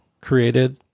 created